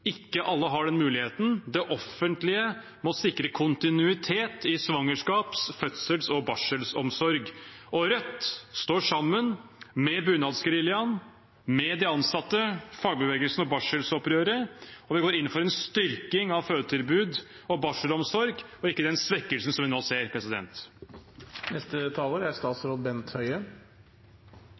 Ikke alle har den muligheten. Det offentlige må sikre kontinuitet i svangerskaps-, fødsels- og barselomsorg. Rødt står sammen med Bunadsgeriljaen, de ansatte, fagbevegelsen og barselopprøret. Vi går inn for en styrking av fødetilbud og barselomsorg og ikke den svekkelsen som vi nå ser.